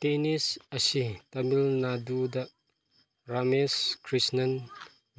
tennis ꯑꯁꯤ ꯇꯃꯤꯜ ꯅꯥꯗꯨꯗ ꯔꯥꯃꯦꯁ ꯀ꯭ꯔꯤꯁꯅꯟ